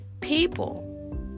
people